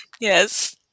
yes